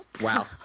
Wow